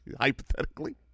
hypothetically